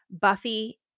Buffy